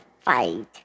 Fight